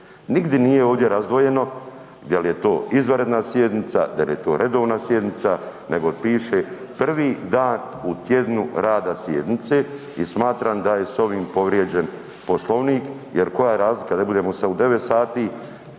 Nigdi nije ovdje razdvojeno jel je to izvanredne sjednica, da li je to redovna sjednica nego piše prvi dan u tjednu rada sjednice. I smatram da je s ovim povrijeđen Poslovnik jer koja je razlika da ne budemo sada u 9,00